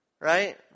right